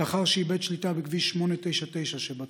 לאחר שאיבד שליטה בכביש 899 שבצפון,